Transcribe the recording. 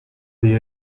the